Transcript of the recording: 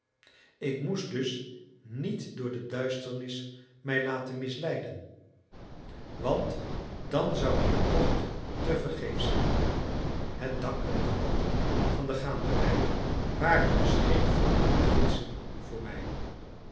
ik moest dus niet door de duisternis mij laten misleiden want dan zou mijn tocht tevergeefs zijn het dak en de wanden van de gaanderij waren dus geen voldoende gidsen voor mij